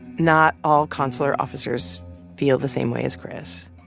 not all consular officers feel the same way as chris.